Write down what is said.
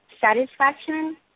satisfaction